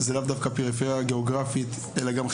זה לאו דווקא הפריפריה הגאוגרפית אלא גם חברתית,